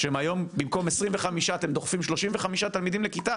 שהיום במקום 25 אתם דוחפים 35 תלמידים לכיתה?